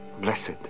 Blessed